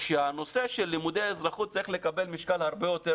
שהנושא של לימודי אזרחות צריך לקבל משקל הרבה יותר